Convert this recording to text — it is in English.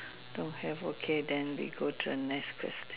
don't have okay then we go to a next question